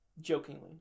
Jokingly